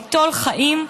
ליטול חיים,